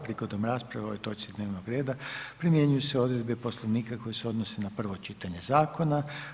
Prigodom rasprave o ovoj točci dnevnog reda primjenjuju se odredbe Poslovnika koje se odnose na prvo čitanje zakona.